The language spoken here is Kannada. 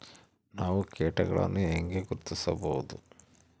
ನಾವು ಕೇಟಗಳನ್ನು ಹೆಂಗ ಗುರ್ತಿಸಬಹುದು?